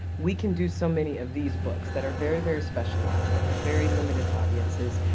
we can do so many of these books, that are very, very specialized, that have very limited audiences,